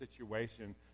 situation